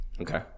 Okay